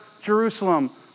Jerusalem